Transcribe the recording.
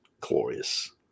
glorious